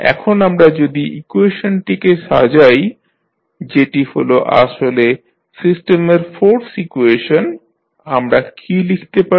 এখন আমরা যদি ইকুয়েশনটিকে সাজাই যেটি হল আসলে সিস্টেমের ফোর্স ইকুয়েশন আমরা কী লিখতে পারি